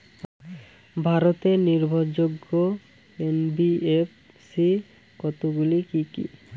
ভারতের নির্ভরযোগ্য এন.বি.এফ.সি কতগুলি কি কি?